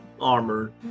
armor